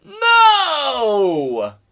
No